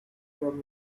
from